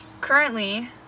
Currently